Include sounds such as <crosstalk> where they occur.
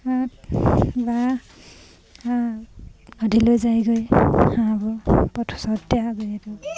বা নদীলৈ যায়গৈ হাঁহবোৰ <unintelligible> যিহেতু